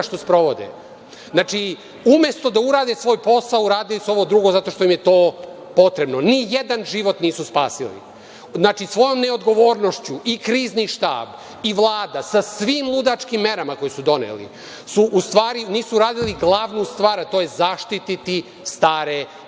što sprovode. Umesto da urade svoj posao, uradili su ovo drugo zato što im je to potrebno. Nijedan život nisu spasili. Znači, svojom neodgovornošću i Krizni štab i Vlada sa svim ludačkim merama koje su doneli, u stvari nisu uradili glavnu stvar, a to je zaštititi stare